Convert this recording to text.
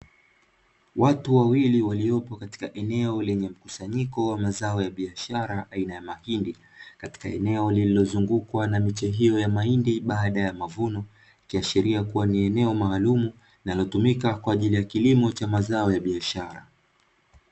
Watu wawili waliopo katika eneo lenye mkusanyiko wa mazao ya biashara aina ya makindi katika eneo lililozungukwa na mimea ya mahindi baada ya mavuno, kuashiria kuwa ni eneo maalum linalotumika kwa ajili ya kilimo cha mazao ya biashara.